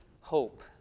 Hope